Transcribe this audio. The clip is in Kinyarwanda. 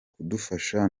kudufasha